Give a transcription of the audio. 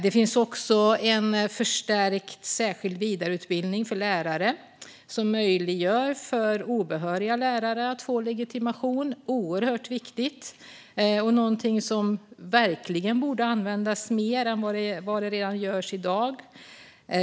Det finns en förstärkt särskild vidareutbildning för lärare som möjliggör för obehöriga lärare att få legitimation. Det är oerhört viktigt och någonting som verkligen borde användas mer än vad som görs i dag.